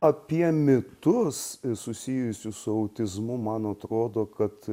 apie mitus susijusius su autizmu man atrodo kad